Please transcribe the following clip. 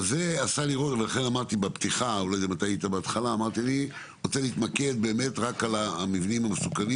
אבל אמרתי בפתיחה שאני רוצה להתמקד רק במבנים המסוכנים